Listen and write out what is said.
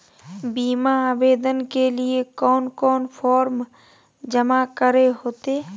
बीमा आवेदन के लिए कोन कोन फॉर्म जमा करें होते